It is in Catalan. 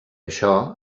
això